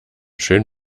schön